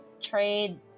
trade